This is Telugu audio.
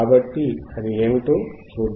కాబట్టి అది ఏమిటో చూద్దాం